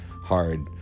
hard